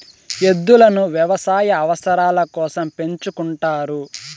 ఎద్దులను వ్యవసాయ అవసరాల కోసం పెంచుకుంటారు